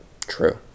True